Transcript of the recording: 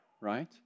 right